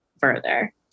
further